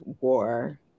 war